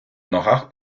ногах